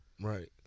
Right